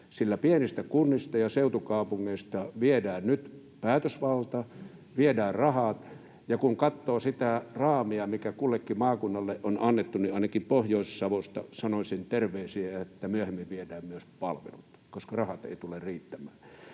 sillä pienistä kunnista ja seutukaupungeista viedään nyt päätösvalta, viedään rahat, ja kun katsoo sitä raamia, mikä kullekin maakunnalle on annettu, niin ainakin Pohjois-Savosta sanoisin terveisiä, että myöhemmin viedään myös palvelut, koska rahat eivät tule riittämään.